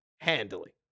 handily